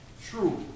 true